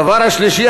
הדבר השלישי,